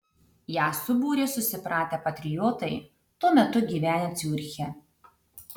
ją subūrė susipratę patriotai tuo metu gyvenę ciuriche